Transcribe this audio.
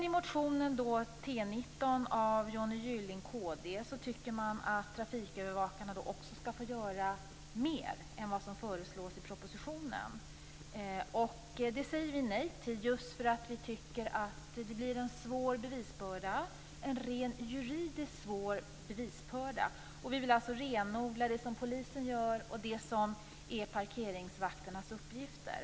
I motionen T19 av Johnny Gylling, kd, säger man att trafikövervakarna skall få göra mer än vad som föreslås i propositionen. Det säger vi nej till, eftersom vi tycker att det rent juridiskt blir svårt med bevisbördan. Vi vill alltså renodla det som polisen gör och det som är parkeringsvakternas uppgifter.